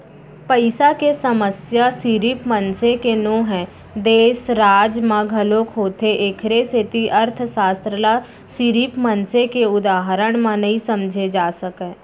पइसा के समस्या सिरिफ मनसे के नो हय, देस, राज म घलोक होथे एखरे सेती अर्थसास्त्र ल सिरिफ मनसे के उदाहरन म नइ समझे जा सकय